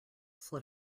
slid